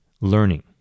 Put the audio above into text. learning